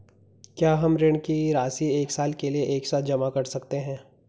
क्या हम ऋण की राशि एक साल के लिए एक साथ जमा कर सकते हैं?